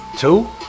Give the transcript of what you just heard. Two